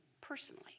personally